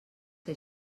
que